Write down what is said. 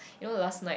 you know last night